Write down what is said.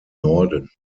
norden